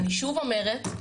אני שוב אומרת,